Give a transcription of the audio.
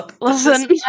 Listen